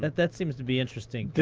that that seems to be interesting.